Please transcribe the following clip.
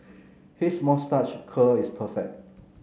his moustache curl is perfect